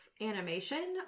animation